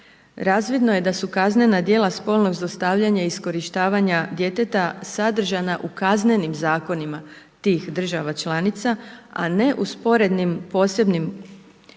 razvidno je da su kaznena djela spolnog zlostavljanja i iskorištavanja djeteta sadržana u kaznenim zakonima tih država članica, a ne u sporednim posebnim zakonima